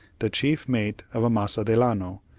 the chief mate of amasa delano,